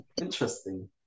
interesting